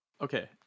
Okay